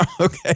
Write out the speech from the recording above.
Okay